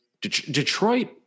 Detroit